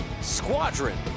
squadron